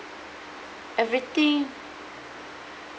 everything